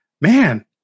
man